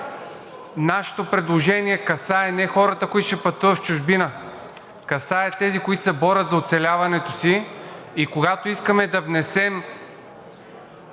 нашето предложение касае не хората, които ще пътуват в чужбина – касае тези, които се борят за оцеляването си. И когато искаме да внесем